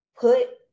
put